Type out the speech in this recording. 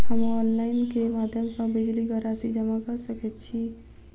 हम ऑनलाइन केँ माध्यम सँ बिजली कऽ राशि जमा कऽ सकैत छी?